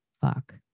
fuck